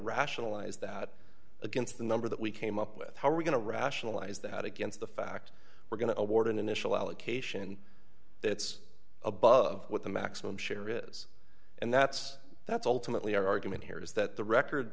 rationalize that against the number that we came up with how are we going to rationalize that against the fact we're going to award an initial allocation that's above what the maximum share is and that's that's ultimately our argument here is that the record